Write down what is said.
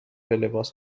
لباس